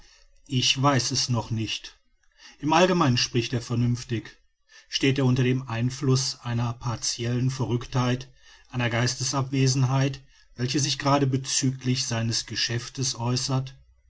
ich weiß es noch nicht im allgemeinen spricht er vernünftig steht er unter dem einflusse einer partiellen verrücktheit einer geistesabwesenheit welche sich gerade bezüglich seines geschäftes äußert